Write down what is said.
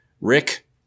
Rick